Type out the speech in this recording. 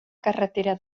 carretera